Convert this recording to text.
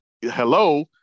hello